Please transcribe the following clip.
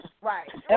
Right